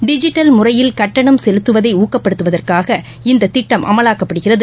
digital முறையில் கட்டணம் செலுத்துவதைஊக்கப்படுத்துவதற்காக இந்தத் திட்டம் அமலாக்கப்படுகிறது